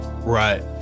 right